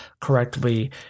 correctly